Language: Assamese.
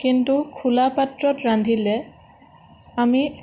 কিন্তু খোলা পাত্ৰত ৰান্ধিলে আমি